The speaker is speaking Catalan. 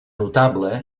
notable